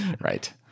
right